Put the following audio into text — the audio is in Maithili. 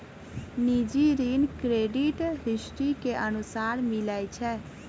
निजी ऋण क्रेडिट हिस्ट्री के अनुसार मिलै छै